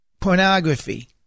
pornography